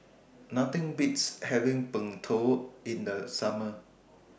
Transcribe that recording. Nothing Beats having Png Tao in The Summer